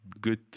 good